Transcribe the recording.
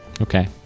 okay